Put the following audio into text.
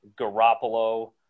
Garoppolo